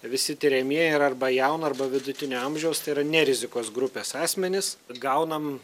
visi tiriamieji yra arba jauno arba vidutinio amžiaus tai yra ne rizikos grupės asmenys gaunam